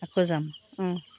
আকৌ যাম অঁ